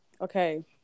okay